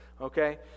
okay